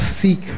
Seek